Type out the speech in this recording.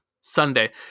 Sunday